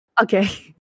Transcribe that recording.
Okay